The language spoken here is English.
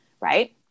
Right